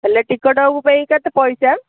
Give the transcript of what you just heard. ହେଲେ ଟିକେଟ୍ ପାଇଁ କେତେ ପଇସା